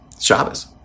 shabbos